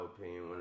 opinion